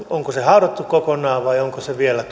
onko se haudattu kokonaan vai onko se vielä